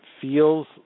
feels